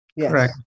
Correct